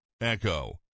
Echo